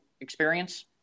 experience